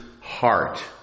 heart